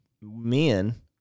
men